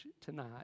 tonight